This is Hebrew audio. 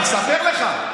אני מספר לך.